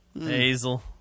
Hazel